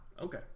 Okay